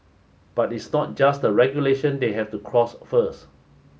but it's not just the regulation they have to cross first